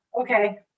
Okay